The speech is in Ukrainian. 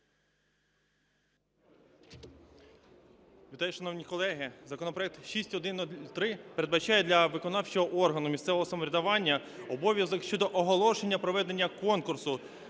Вітаю, шановні колеги! Законопроект 6103 передбачає для виконавчого органу місцевого самоврядування обов'язок щодо оголошення проведення конкурсу